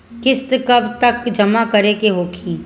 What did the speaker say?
किस्त कब तक जमा करें के होखी?